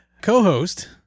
Co-host